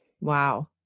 Wow